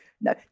no